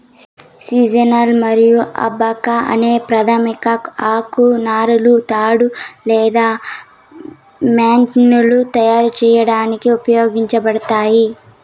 sisal మరియు abaca అనే ప్రాధమిక ఆకు నారలు తాడు లేదా మ్యాట్లను తయారు చేయడానికి ఉపయోగించబడతాయి